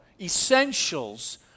essentials